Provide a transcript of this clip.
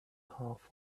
half